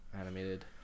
animated